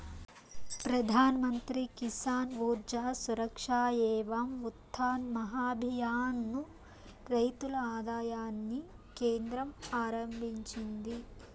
ప్రధాన్ మంత్రి కిసాన్ ఊర్జా సురక్ష ఏవం ఉత్థాన్ మహాభియాన్ ను రైతుల ఆదాయాన్ని కేంద్రం ఆరంభించింది